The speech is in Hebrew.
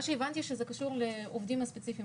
מה שהבנתי שזה קשור לעובדים הספציפיים